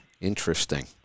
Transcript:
Interesting